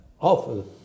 awful